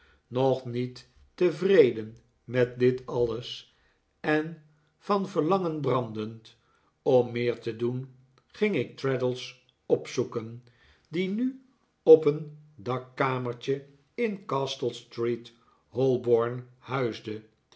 nog niet tevreden met dit alles en van verlangen brandend om meer te doen ging ik traddles opzoeken die nu op een dakkamertje in castle street holborn